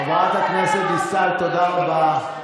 חברת הכנסת דיסטל, תודה רבה.